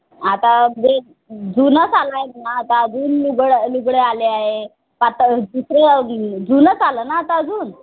आता बे जुनं चालू आहे ना आता अजून लुगड लुगड्या आले आहे पातळ तू जुनंच आलं ना आता अजून